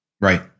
Right